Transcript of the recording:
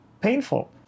painful